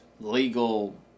legal